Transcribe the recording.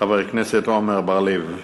חבר הכנסת עמר בר-לב.